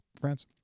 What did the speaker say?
France